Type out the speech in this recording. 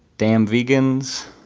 damn vegans,